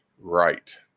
right